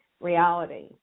reality